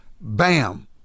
bam